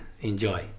enjoy